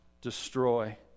destroy